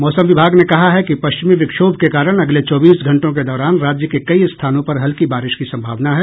मौसम विभाग ने कहा है कि पश्चिमी विक्षोभ के कारण अगले चौबीस घंटों के दौरान राज्य के कई स्थानों पर हल्की बारिश की संभावना है